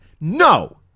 No